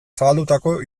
zabaldutako